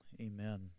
Amen